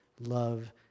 love